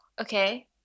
Okay